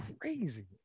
crazy